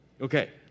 Okay